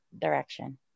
direction